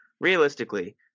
Realistically